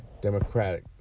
democratic